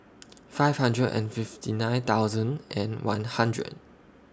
five hundred and fifty nine thousand and one hundred